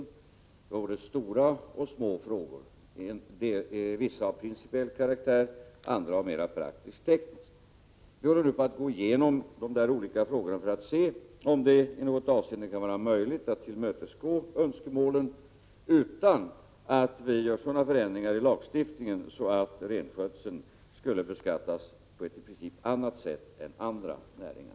Man tog upp både stora och små frågor, vissa av principiell karaktär, andra av mera praktiskttekniskt slag. Vi håller nu på att gå igenom dessa frågor för att se om det i något avseende kan vara möjligt att tillmötesgå önskemålen utan att det görs några sådana förändringar i lagstiftningen att renskötseln skulle beskattas på ett i princip annat sätt än andra näringar.